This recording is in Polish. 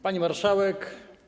Pani Marszałek!